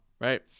Right